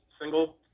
single